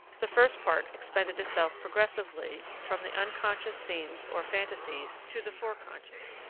the first part expended itself progressively from the unconscious scenes or phantasies to the foreconscious,